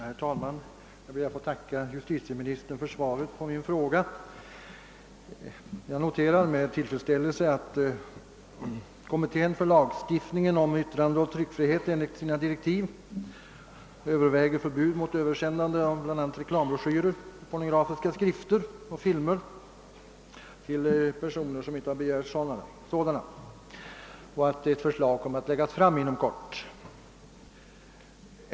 Herr talman! Jag ber att få tacka justitieministern för svaret på min fråga. Jag noterar med tillfredsställelse att »kommittén för lagstiftningen om yttrandeoch tryckfrihet enligt sina direktiv har att överväga förbud mot översändande bl.a. av reklambroschyrer för pornografiska skrifter och filmer till personer som inte har begärt sådana» och att kommitténs förslag kommer att läggas fram inom kort.